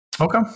Okay